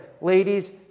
Ladies